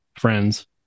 friends